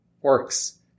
works